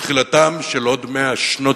בתחילתן של עוד 100 שנות